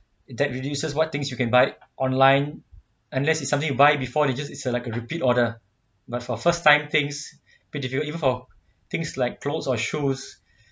that reduces what things you can buy online unless it's something you buy before they just it's like a repeat order but for first time things but if you even for things like clothes or shoes